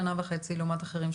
ועדיין,